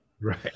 Right